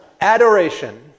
Adoration